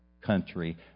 country